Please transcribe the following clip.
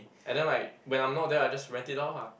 and then like when I'm not there I will just rent it out lah